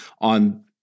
on